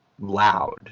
loud